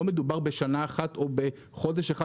לא מדובר בשנה אחת או בחודש אחד,